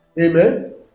amen